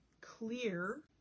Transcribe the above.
clear